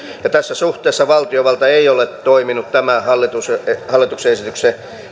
tässä suhteessa valtiovalta ei ole toiminut tämän hallituksen esityksen